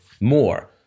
more